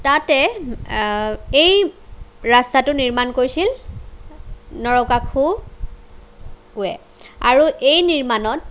তাতে এই ৰাস্তাটো নিৰ্মাণ কৰিছিল নৰকাসুৰে আৰু এই নিৰ্মাণত